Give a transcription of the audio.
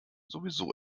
sowieso